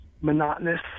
monotonous